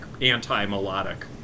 anti-melodic